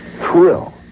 thrill